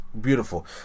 beautiful